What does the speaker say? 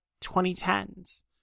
2010s